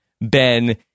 Ben